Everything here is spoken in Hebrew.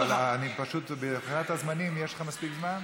פשוט מבחינת הזמנים יש לך מספיק זמן?